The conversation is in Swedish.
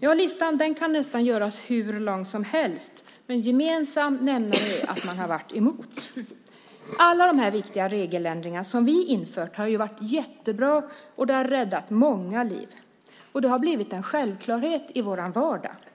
Ja, listan kan nästan göras hur lång som helst, men gemensam nämnare är att man har varit emot. Alla de här viktiga regeländringarna som vi infört har varit jättebra och har räddat många liv. Det har blivit en självklarhet i vår vardag.